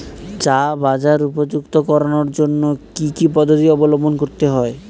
চা বাজার উপযুক্ত করানোর জন্য কি কি পদ্ধতি অবলম্বন করতে হয়?